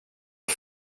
och